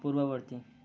ପୂର୍ବବର୍ତ୍ତୀ